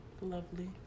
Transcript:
Lovely